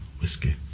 whiskey